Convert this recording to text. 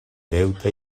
deute